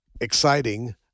exciting